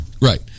right